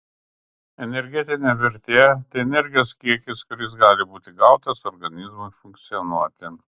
energetinė vertė tai energijos kiekis kuris gali būti gautas organizmui funkcionuoti